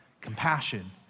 compassion